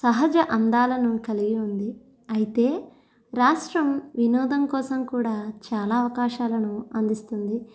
సహజ అందాలను కలిగి ఉంది అయితే రాష్ట్రం వినోదం కోసం కూడా చాలా అవకాశాలను అందిస్తుంది